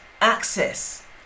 access